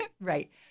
Right